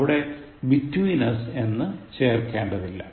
അവിടെ between us എന്ൻ ചേർക്കേണ്ടതില്ല